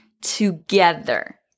together